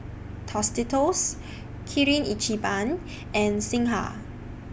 Tostitos Kirin Ichiban and Singha